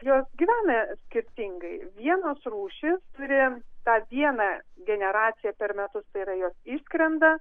jos gyvena skirtingai vienos rūšys turi tą vieną generaciją per metus tai yra jos išskrenda